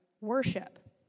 worship